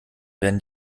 werden